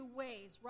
ways